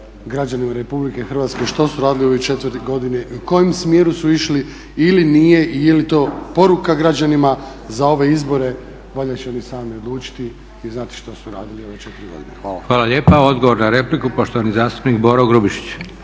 građanima RH što su radili u ove 4 godine i u kojem smjeru su išli ili nije, i je li to poruka građanima za ove izbore? Valjda će oni sami odlučiti i znati što su radili u ove 4 godine. Hvala. **Leko, Josip (SDP)** Hvala lijepa. Odgovor na repliku poštovani zastupnik Boro Grubišić.